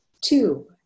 Two